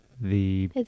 The-